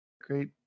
great